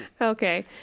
okay